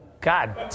God